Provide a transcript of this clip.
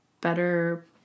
better